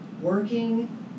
working